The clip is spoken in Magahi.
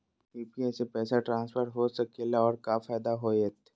यू.पी.आई से पैसा ट्रांसफर कैसे हो सके ला और का फायदा होएत?